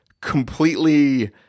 completely